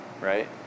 right